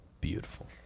Beautiful